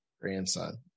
Grandson